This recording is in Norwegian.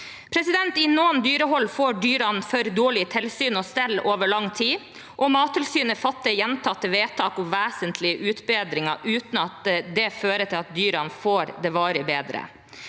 I noen dyrehold får dyrene for dårlig tilsyn og stell over lang tid, og Mattilsynet fatter gjentatte vedtak om vesentlige utbedringer uten at det fører til at dyrene får det varig bedre.